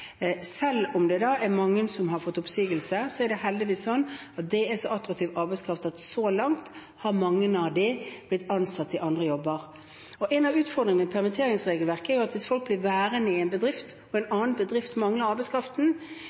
Selv om mange har blitt sagt opp, er dette heldigvis så attraktiv arbeidskraft at mange av dem så langt har blitt ansatt i andre jobber. En av utfordringene med permitteringsregelverket er at hvis folk blir værende i en bedrift og en annen bedrift mangler